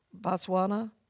Botswana